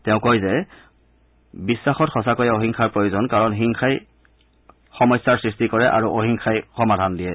তেওঁ কয় যে বিশ্বাস সঁচাকৈয়ে অহিংসাৰ প্ৰয়োজন কাৰণ হিংসাই সমস্যাৰ সৃষ্টি কৰে আৰু অহিংসাই সমাধান দিয়ে